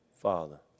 Father